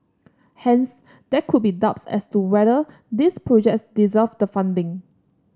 hence there could be doubts as to whether these projects deserved the funding